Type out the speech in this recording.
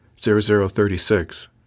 Zero-zero-thirty-six